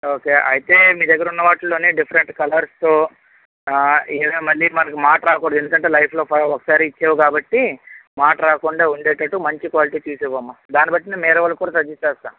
okay అయితే మీ దగ్గరున్న వాటిల్లోని డిఫరెంట్ కలర్సు ఆ ఏదైనా మళ్ళీ మనకు మాట రాకూడదు ఎందుకంటే లైఫ్ లో ఫై ఒకసారి ఇచ్చేవి కాబట్టి మాట రాకుండా ఉండేటట్టు మంచి క్వాలిటీ తీసివ్వమ్మా దాన్నిబట్టి మే వేరే వాళ్ళక్కూడా సజెస్ట్ చేస్తాం